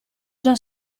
già